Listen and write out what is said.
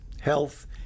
health